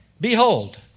Behold